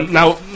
Now